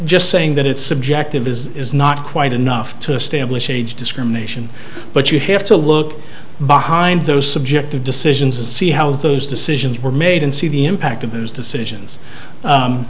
just saying that it's subjective is not quite enough to establish age discrimination but you have to look behind those subjective decisions to see how those decisions were made and see the impact of those decisions